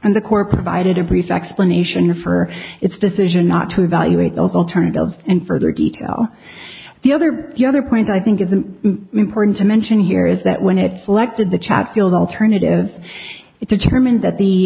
and the core provided a brief explanation for its decision not to evaluate those alternatives in further detail the other the other point i think isn't important to mention here is that when it selected the chatfield alternative it's a term and that the